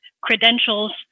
credentials